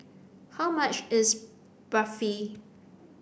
how much is Barfi